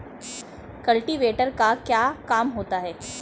Cultivator का क्या काम होता है?